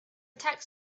tax